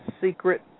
secret